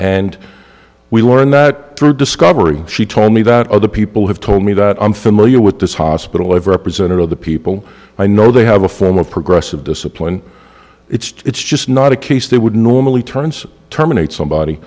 and we learn that through discovery she told me that other people have told me that i'm familiar with this hospital i've represented other people i know they have a form of progressive discipline it's just not a case they would normally turns terminate somebody